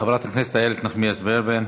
חברת הכנסת איילת נחמיאס ורבין,